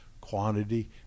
quantity